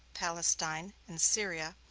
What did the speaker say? palestine, and syria,